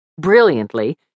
Brilliantly